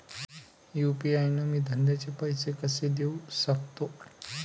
UPI न मी धंद्याचे पैसे कसे देऊ सकतो?